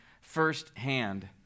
firsthand